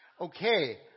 Okay